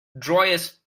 joyous